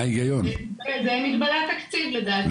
זו מגבלת תקציב לדעתי.